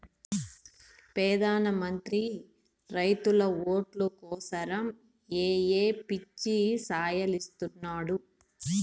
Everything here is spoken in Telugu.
పెదాన మంత్రి రైతుల ఓట్లు కోసరమ్ ఏయో పిచ్చి సాయలిస్తున్నాడు